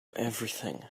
everything